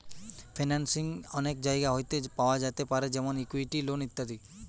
financing অনেক জায়গা হইতে পাওয়া যেতে পারে যেমন ইকুইটি, লোন ইত্যাদি